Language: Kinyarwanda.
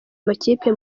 amakipe